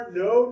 no